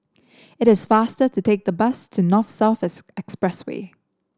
it is faster to take the bus to North South Expressway